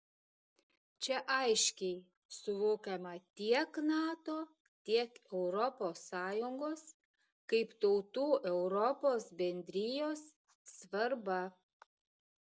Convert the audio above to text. čia aiškiai suvokiama tiek nato tiek europos sąjungos kaip tautų europos bendrijos svarba